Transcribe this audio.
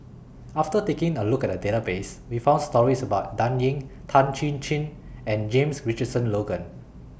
after taking A Look At The Database We found stories about Dan Ying Tan Chin Chin and James Richardson Logan